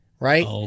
Right